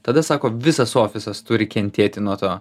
tada sako visas ofisas turi kentėti nuo to